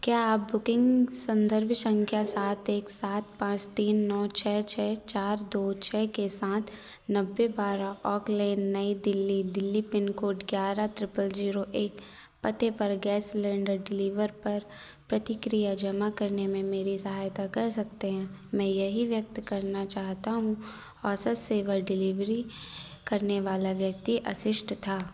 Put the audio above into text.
मैं three four five six मैं पेल drive Kolkata Paschim Bangal pin code seven zero zero zero bank में बुकिंग संदर्भ संख्या six zero six nine eight nine one zero four zero eight के साथ वाणिज्यिक गैस वितरण सेवा पर प्रतिक्रिया देना चाहता हूँ मेरी प्रतिक्रिया यह है कि बढ़िया सेवा शीघ्र वितरण और विनम्र कर्मचारी धन्यवाद